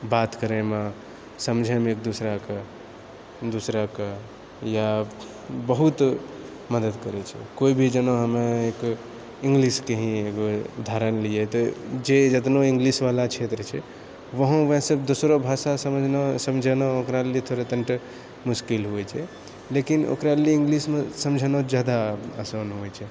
बात करैमे समझैमे एक दुसराकऽ दुसराकऽ या बहुत मददि करै छै कोइ भी जेना हम्मे एक इङ्गलिश के ही एकगो उदाहरण लिअ तऽ जे जेतनो इङ्गलिश वाला क्षेत्र छै वहाँ ओसब दोसरो भाषा समझलौं समझेलौं ओकरा लिअ थोड़ा तनिटा मुश्किल होइ छै लेकिन ओकरा लिअ इङ्गलिश मे समझेलौं ज्यादा आसान होइ छै